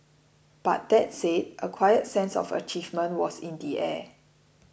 but that said a quiet sense of achievement was in the air